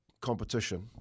competition